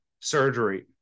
surgery